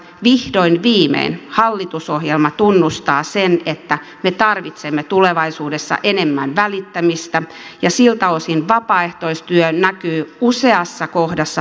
vihdoin viimein hallitusohjelma tunnustaa sen että me tarvitsemme tulevaisuudessa enemmän välittämistä ja siltä osin vapaaehtoistyö näkyy useassa kohdassa hallitusohjelmaa